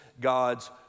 God's